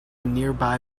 nearby